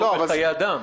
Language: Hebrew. מדובר פה בחיי אדם.